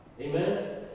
Amen